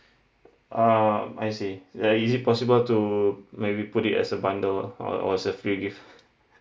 uh I see uh is it possible to maybe put it as a bundle or or as a free gift